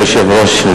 אדוני היושב-ראש,